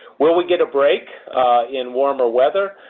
will we get a break in warmer weather?